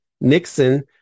Nixon